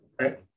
Right